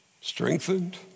strengthened